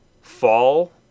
Fall